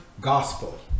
gospel